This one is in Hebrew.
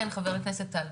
כן, חבר הכנסת טל.